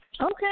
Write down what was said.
Okay